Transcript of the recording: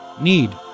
need